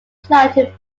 planted